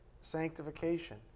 sanctification